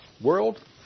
World